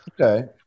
Okay